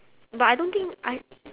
but I don't think I